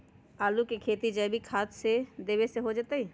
आलु के खेती जैविक खाध देवे से होतई?